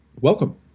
welcome